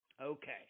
Okay